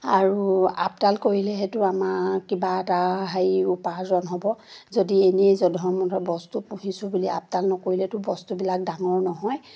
আৰু আপডাল কৰিলে আমাৰ কিবা এটা হেৰি উপাৰ্জন হ'ব যদি এনেই জধৰ মধৰ বস্তু পুহিছোঁ বুলি আপডাল নকৰিলেতো বস্তুবিলাক ডাঙৰ নহয়